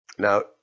Now